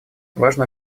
важно